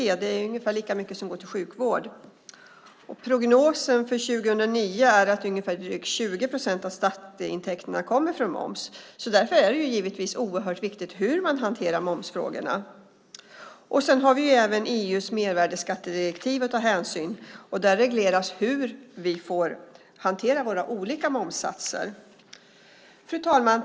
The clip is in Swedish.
Det är ungefär lika mycket som går till sjukvård. Prognosen för 2009 är att drygt 20 procent av skatteintäkterna kommer från moms. Därför är det givetvis oerhört viktigt hur man hanterar momsfrågorna. Vi har även EU:s mervärdesskattedirektiv att ta hänsyn till. Där regleras hur vi får hantera våra olika momssatser. Fru talman!